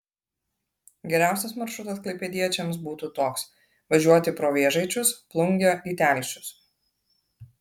geriausias maršrutas klaipėdiečiams būtų toks važiuoti pro vėžaičius plungę į telšius